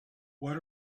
what